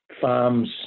farms